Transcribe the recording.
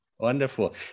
Wonderful